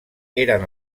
eren